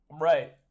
Right